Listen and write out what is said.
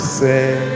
say